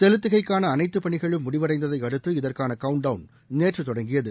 செலுத்துகைக்கான அனைத்தப் பணிகளும் முடிவடைந்ததை அடுத்து இதற்கான கவுண்ட் டவுன் நேற்று தொடங்கியது